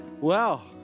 Wow